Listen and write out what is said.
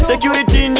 Security